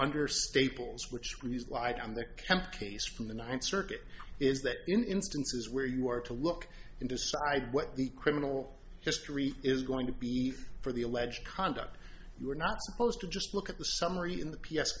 under staples which means light on the camp case from the ninth circuit is that instances where you are to look in decide what the criminal history is going to be for the alleged conduct you are not supposed to just look at the summary in the p